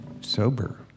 sober